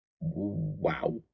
wow